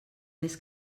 més